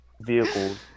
Vehicles